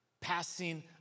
passing